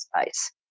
space